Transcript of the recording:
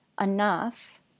enough